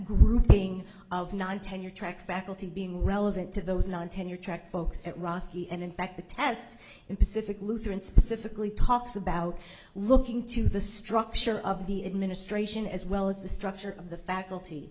of non tenure track faculty being relevant to those non tenure track folks at roski and in fact the test in pacific lutheran specifically talks about looking to the structure of the administration as well as the structure of the faculty